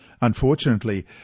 Unfortunately